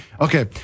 Okay